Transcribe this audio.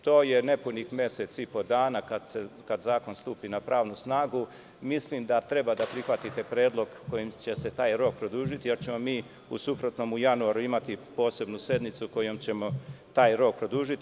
To je nepunih mesec i po dana, kada zakon stupi na pravnu snagu, mislim da treba da prihvatite predlog kojim će se taj rok produžiti, jer ćemo mi u suprotnom u januaru imati posebnu sednicu kojom ćemo taj rok produžiti.